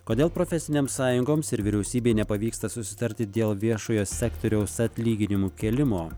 kodėl profesinėms sąjungoms ir vyriausybei nepavyksta susitarti dėl viešojo sektoriaus atlyginimų kėlimo